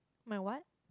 my what